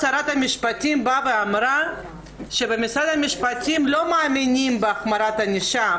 שרת המשפטים אמרה שבמשרד המשפטים לא מאמינים בהחמרת ענישה.